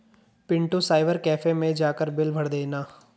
Pintu cyber cafe मैं जाकर bill भर देना